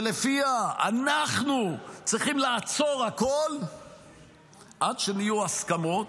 שלפיה אנחנו צריכים לעצור הכול עד שיהיו הסכמות.